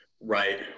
right